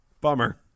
Bummer